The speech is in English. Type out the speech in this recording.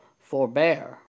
forbear